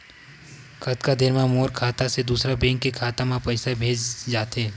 कतका देर मा मोर खाता से दूसरा बैंक के खाता मा पईसा भेजा जाथे?